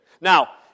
Now